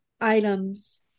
items